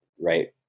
Right